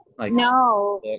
No